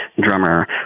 drummer